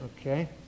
Okay